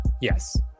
Yes